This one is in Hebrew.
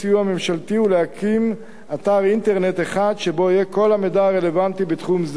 ממשלתי ולהקים אתר אינטרנט אחד שבו יהיה כל המידע הרלוונטי בתחום זה".